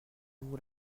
vous